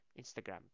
Instagram